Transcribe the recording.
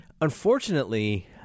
Unfortunately